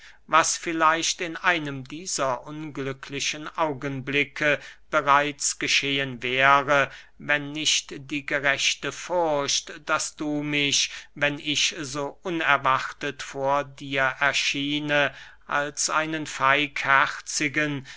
was vielleicht in einem dieser unglücklichen augenblicke bereits geschehen wäre wenn nicht die gerechte furcht daß du mich wenn ich so unerwartet vor dir erschiene als einen